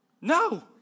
No